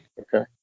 Okay